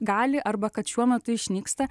gali arba kad šiuo metu išnyksta